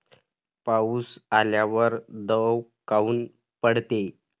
पाऊस आल्यावर दव काऊन पडते?